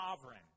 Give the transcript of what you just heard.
sovereign